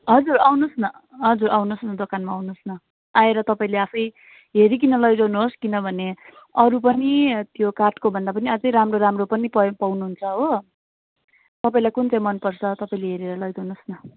हजुर आउनुहोस् न हजुर आउनुहोस् न दोकानमा आउनुहोस् न आएर तपाईँले आफै हेरिकन लैजानुहोस् किनभने अरू पनि त्यो काठको भन्दा पनि अझै राम्रो राम्रो पनि पाउनु हुन्छ हो तपाईँलाई कुन चाहिँ मनपर्छ तपाईँले हेरेर लैजानुहोस् न